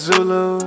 Zulu